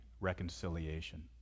reconciliation